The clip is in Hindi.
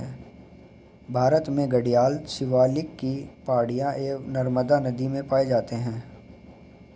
भारत में घड़ियाल शिवालिक की पहाड़ियां एवं नर्मदा नदी में पाए जाते हैं